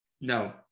No